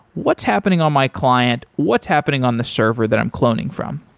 what's happening on my client? what's happening on the server that i'm cloning from?